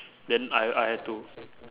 then I I had to